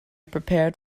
prepared